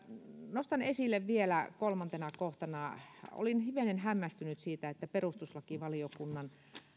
nostan esille vielä kolmantena kohtana olin hivenen hämmästynyt siitä että perustuslakivaliokunnan